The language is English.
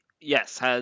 yes